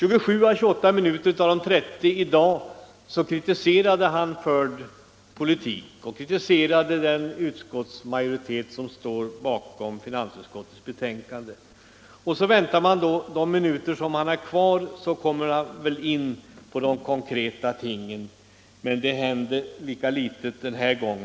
Under 28 av de 30 minuterna i dag kritiserade han förd politik och den utskottsmajoritet som står bakom finansutskottets betänkande. Man väntade att herr Burenstam Linder under de minuter som var kvar skulle komma in på alternativ. Men detta hände lika litet denna gång som annars.